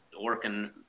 working